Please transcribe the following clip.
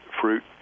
fruit